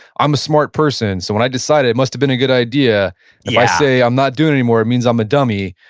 i'm a smart person. so, when i decided, it must've been a good idea. if i say i'm not doing it anymore, it means i'm a dummy.